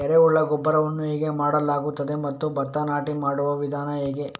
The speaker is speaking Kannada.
ಎರೆಹುಳು ಗೊಬ್ಬರವನ್ನು ಹೇಗೆ ಮಾಡಲಾಗುತ್ತದೆ ಮತ್ತು ಭತ್ತ ನಾಟಿ ಮಾಡುವ ವಿಧಾನ ಹೇಗೆ?